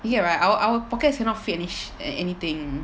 ya right our our pockets cannot finish any sh~ any anything